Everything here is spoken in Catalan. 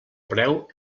preu